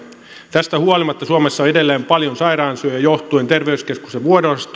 tästä huolimatta suomessa on edelleen paljon sairaansijoja johtuen terveyskeskuksen